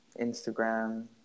Instagram